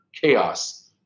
chaos